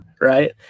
right